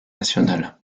nationale